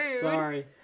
Sorry